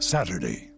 Saturday